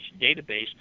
database